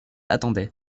attendait